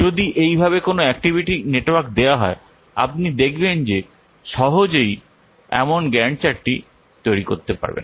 যদি এইভাবে কোনও অ্যাক্টিভিটি নেটওয়ার্ক দেওয়া হয় আপনি দেখবেন যে সহজেই এমন গ্যান্ট চার্টটি তৈরি করতে পারবেন